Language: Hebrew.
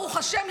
ברוך השם,